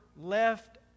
left